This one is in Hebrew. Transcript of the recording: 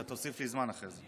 אתה תוסיף לי זמן אחרי זה.